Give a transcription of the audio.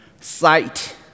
Sight